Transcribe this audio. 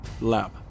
lab